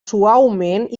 suaument